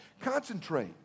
Concentrate